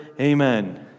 Amen